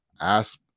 Ask